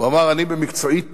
הוא אמר: אני במקצועי תייר.